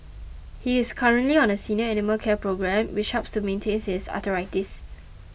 he is currently on a senior animal care programme which helps to manage his arthritis